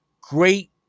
Great